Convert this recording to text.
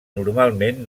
normalment